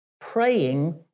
praying